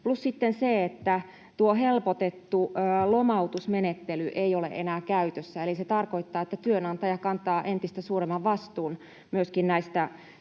plus sitten se, että helpotettu lomautusmenettely ei ole enää käytössä, eli se tarkoittaa, että työnantaja kantaa entistä suuremman vastuun myöskin